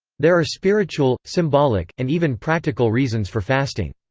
there are spiritual, symbolic, and even practical reasons for fasting.